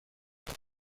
خودش